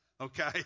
okay